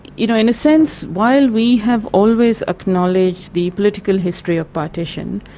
you know, in a sense while we have always acknowledged the political history of partition,